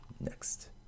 next